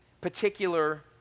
particular